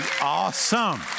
awesome